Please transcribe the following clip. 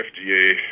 fda